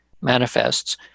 manifests